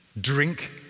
drink